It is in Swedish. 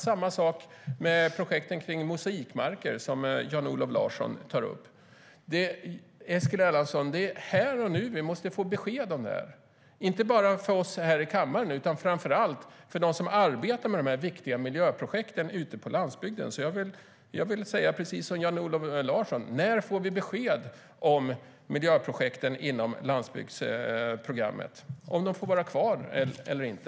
Samma sak med projekten kring mosaikmarker som Jan-Olof Larsson tar upp. Landsbygdsminister Eskil Erlandsson, det är här och nu vi måste få besked om det här! Inte bara vi här i kammaren utan framför allt de som arbetar med de här viktiga miljöprojekten ute på landsbygden. Jag vill säga precis som Jan-Olof Larsson: När får vi besked om miljöprojekten inom landsbygdsprogrammet får vara kvar eller inte?